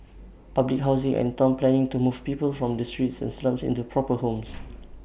public housing and Town planning to move people from the streets and slums into proper homes